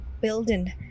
building